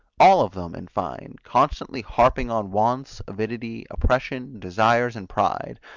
all of them, in fine, constantly harping on wants, avidity, oppression, desires and pride,